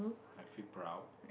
I feel proud